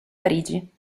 parigi